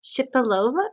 Shipilova